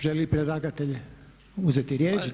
Želi li predlagatelj uzeti riječ?